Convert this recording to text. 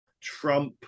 Trump